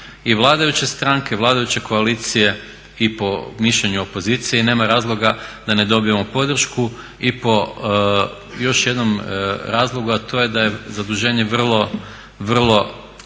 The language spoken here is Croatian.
I vladajuće stranke, vladajuće koalicije i po mišljenju opozicije i nema razloga da ne dobijemo podršku. I po još jednom razlogu a to je da je zaduženje vrlo, vrlo